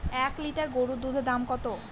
এক লিটার গরুর দুধের দাম কত?